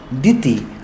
Diti